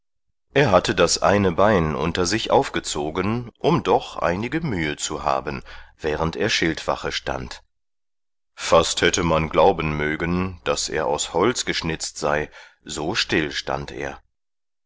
er hatte das eine bein unter sich aufgezogen um doch einige mühe zu haben während er schildwache stand fast hätte man glauben mögen daß er aus holz geschnitzt sei so still stand er